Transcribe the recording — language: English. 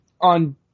On